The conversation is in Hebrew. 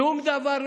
אין להם כבר אייטמים.